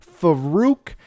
farouk